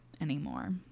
anymore